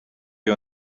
you